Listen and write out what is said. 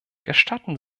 gestatten